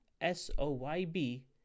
S-O-Y-B